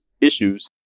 issues